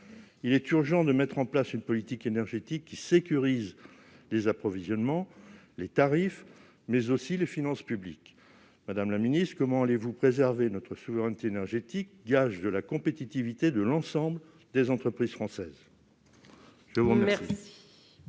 Il est donc urgent de mettre en place une politique énergétique qui sécurise les approvisionnements, les tarifs, mais également les finances publiques. Aussi, madame la ministre, comment allez-vous préserver notre souveraineté énergétique, gage de la compétitivité de l'ensemble des entreprises françaises ? La parole